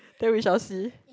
then we shall see